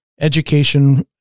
education